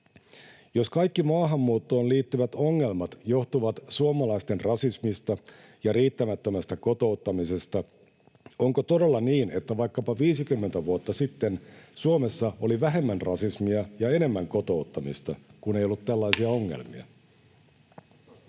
Jos kaikki maahanmuuttoon liittyvät ongelmat johtuvat suomalaisten rasismista ja riittämättömästä kotouttamisesta, onko todella niin, että vaikkapa 50 vuotta sitten Suomessa oli vähemmän rasismia ja enemmän kotouttamista, kun ei ollut tällaisia ongelmia? — Kiitoksia.